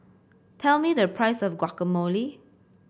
tell me the price of Guacamole